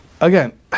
again